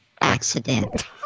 accident